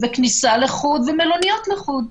וכניסה לחוד ומלוניות לחוד.